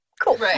Cool